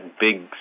big